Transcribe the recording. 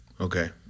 Okay